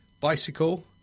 Bicycle